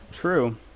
True